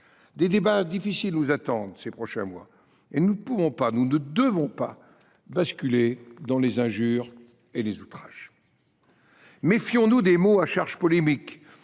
Des débats difficiles nous attendent ces prochains mois et nous ne pouvons pas, nous ne devons pas, basculer dans les injures et les outrages. Méfions nous des mots à charge polémique